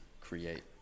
create